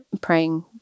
praying